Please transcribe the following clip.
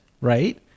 right